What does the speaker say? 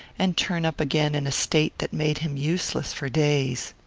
and turn up again in a state that made him useless for days.